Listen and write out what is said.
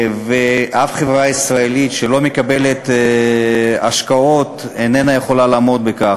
וחברה ישראלית שאיננה מקבלת השקעות איננה יכולה לעמוד בכך,